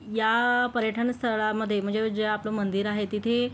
या पर्यटनस्थळामध्ये म्हणजे जे आपलं मंदिर आहे तिथे